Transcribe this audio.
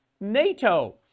NATO